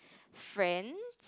friends